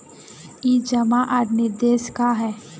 ई जमा आर निवेश का है?